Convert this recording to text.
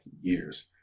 years